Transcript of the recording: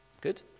Good